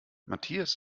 matthias